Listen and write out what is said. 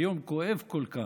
ביום כואב כל כך,